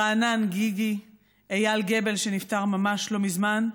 רענן גיגי, אייל גבל, שנפטר ממש לא מזמן,